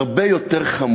על דברים הרבה יותר חמורים,